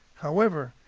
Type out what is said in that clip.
however,